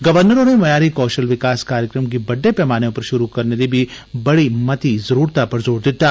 governor होरें म्यारी कौशल विकास कार्यक्रमें गी बड्डे पैमाने पर शुरू करने दी बड़ी मती जरूरतै पर जोर दित्ता